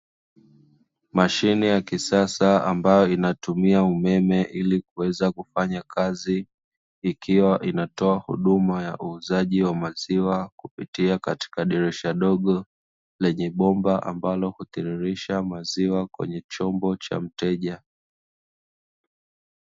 Mashine ya kisasa ambayo inatumia umeme ili kuweza kufanya kazi, ikiwa inatoa huduma ya uuzaji wa maziwa kupitia katika dirisha dogo, lenye bomba ambalo hutiririsha maziwa kwenye chombo cha mteja.